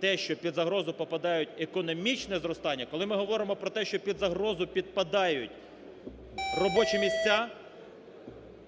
те, що під загрозу попадає економічне зростання, коли ми говоримо про те, що під загрозу підпадають робочі місця,